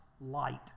light